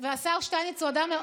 והשר שטייניץ הוא אדם,